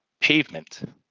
pavement